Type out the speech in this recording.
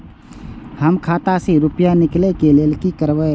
हम खाता से रुपया निकले के लेल की करबे?